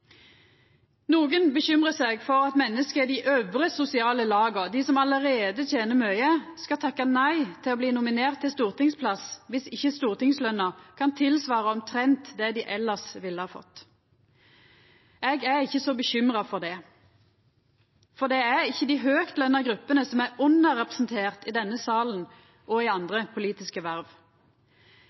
Nokon bekymrar seg for at menneske i dei øvre sosiale laga, dei som allereie tener mykje, skal takka nei til å bli nominert til stortingsplass viss ikkje stortingsløna kan tilsvara omtrent det dei elles ville ha fått. Eg er ikkje så bekymra for det, for det er ikkje dei høgt lønte gruppene som er underrepresenterte i denne salen og i andre politiske verv.